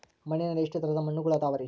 ಮಣ್ಣಿನಲ್ಲಿ ಎಷ್ಟು ತರದ ಮಣ್ಣುಗಳ ಅದವರಿ?